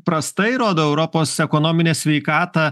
prastai rodo europos ekonominę sveikatą